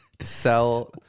sell